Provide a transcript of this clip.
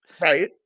Right